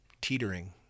teetering